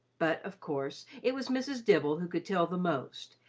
but, of course, it was mrs. dibble who could tell the most,